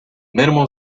minimal